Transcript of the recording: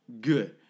good